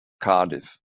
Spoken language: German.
cardiff